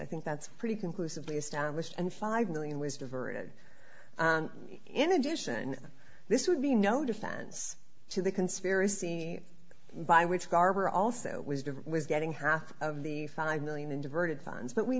i think that's pretty conclusively established and five million was diverted in addition this would be no defense to the conspiracy by which barber also was doing was getting half of the five million in diverted funds but we